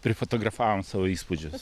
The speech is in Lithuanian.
prifotografavom savo įspūdžius